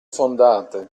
fondate